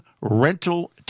rental